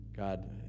God